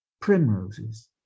Primroses